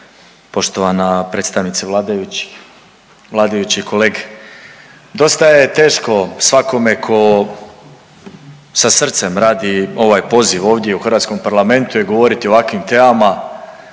poštovana predstavnice vladajućih, vladajući i kolege. Dosta je teško svakome ko sa srcem radi ovaj poziv ovdje u hrvatskom Parlamentu i govoriti o ovakvim temama,